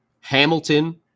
Hamilton